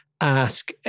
ask